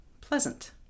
pleasant